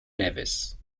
nevis